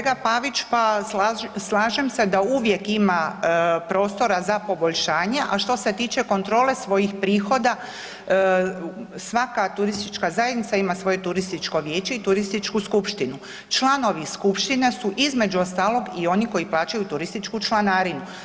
Kolega Pavić pa slažem se da uvijek ima prostora za poboljšanje, a što se tiče kontrole svojih prihoda svaka turistička zajednica ima svoje turističko vijeće i turističku skupštinu, članovi skupštine su između ostalog i oni koji plaćaju turističku članarinu.